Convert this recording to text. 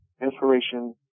inspiration